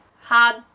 hard